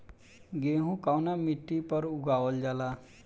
गेहूं कवना मिट्टी पर उगावल जाला?